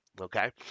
okay